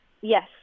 yes